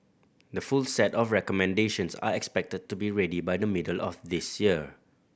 the full set of recommendations are expected to be ready by the middle of this year